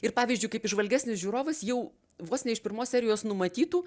ir pavyzdžiui kaip įžvalgesnis žiūrovas jau vos ne iš pirmos serijos numatytų